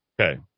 Okay